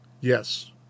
Yes